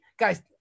guys